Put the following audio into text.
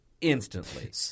instantly